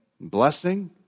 blessing